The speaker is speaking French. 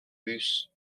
bus